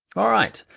all right,